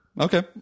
okay